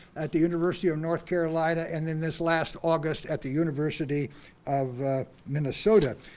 at the university of north carolina and then this last august at the university of minnesota.